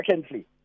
secondly